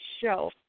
show